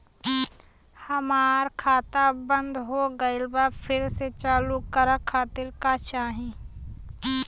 हमार खाता बंद हो गइल बा फिर से चालू करा खातिर का चाही?